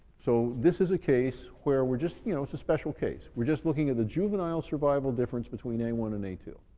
so this is a case where we're just you know, it's a special case we're just looking at the juvenile survival difference between a one and a two.